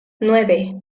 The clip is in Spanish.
nueve